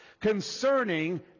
concerning